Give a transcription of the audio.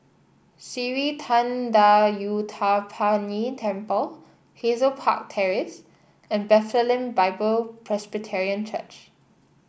Sri Thendayuthapani Temple Hazel Park Terrace and Bethlehem Bible Presbyterian Church